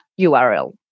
URL